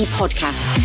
podcast